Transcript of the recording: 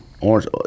orange